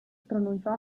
pronunciò